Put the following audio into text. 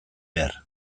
behar